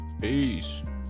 Peace